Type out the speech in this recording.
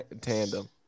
tandem